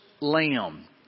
lamb